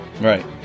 Right